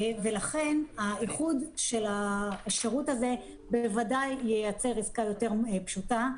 לכן האיחוד של השירות הזה בוודאי ייצר עסקה יותר פשוטה